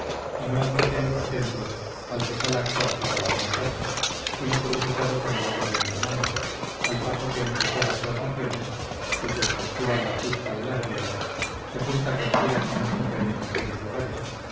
y no admite en los templos al que tal acto acaba de cometer sino purificado con el agua de antemano al paso que entre todas las naciones si se exceptúa la egipcia y la griega se junta cualquiera con las mujeres en aquellos lugares